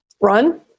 Run